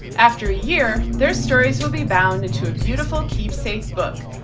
after a year, their stories will be bound into a beautiful keepsake book.